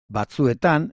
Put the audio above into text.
batzuetan